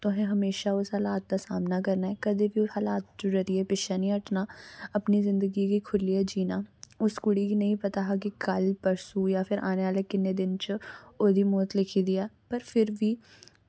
तुसें हलात दा सामना करना कदें बी हलात दे करियै पिच्छें निं हट्टना अपनी जिंदगी गी खुल्लियै जीना उस कुड़ी गी निं हा पता की कल्ल परसों जां आने आह्ले किन्ने दिन च ओह्दी मौत लिखी दी ऐ पर फिर बी